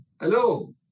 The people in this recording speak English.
Hello